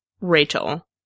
Rachel